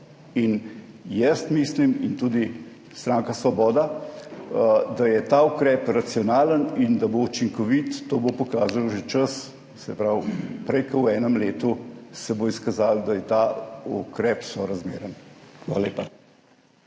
in jaz mislim, tudi stranka Svoboda, da je ta ukrep racionalenin da bo učinkovit. To bo pokazal že čas, se pravi, prej kot v enem letu se bo izkazalo, da je ta ukrep sorazmeren. Hvala lepa.